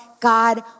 God